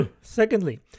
Secondly